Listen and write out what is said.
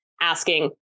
asking